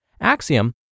Axiom